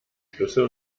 schlüssel